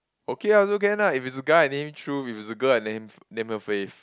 okay ah also can lah if it's a guy I name him Truth if it's a girl I name him I name her Faith